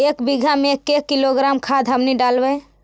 एक बीघा मे के किलोग्राम खाद हमनि डालबाय?